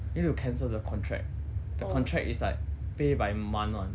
need to cancel the contract the contract is like pay by month [one]